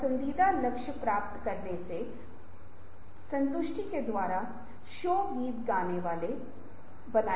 अभी भी दस साल के समय में मौजूद रहेंगे सवाल यह है